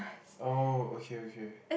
oh okay okay